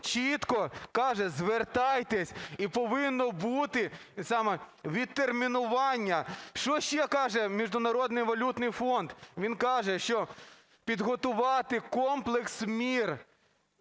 чітко каже - звертайтесь, і повинно бути саме відтермінування. Що ще каже Міжнародний валютний фонд. Він каже, що підготувати комплекс мір